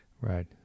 Right